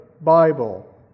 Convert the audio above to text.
Bible